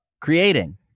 creating